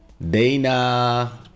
Dana